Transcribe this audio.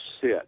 sit